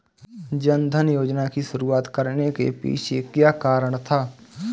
जन धन योजना की शुरुआत करने के पीछे क्या कारण था?